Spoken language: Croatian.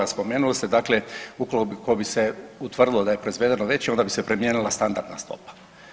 Spomenuli ste, dakle ukoliko bi se utvrdilo da je proizvedeno veće, onda bi se primijenila standardna stopa.